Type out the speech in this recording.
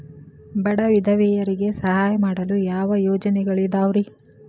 ಬಡ ವಿಧವೆಯರಿಗೆ ಸಹಾಯ ಮಾಡಲು ಯಾವ ಯೋಜನೆಗಳಿದಾವ್ರಿ?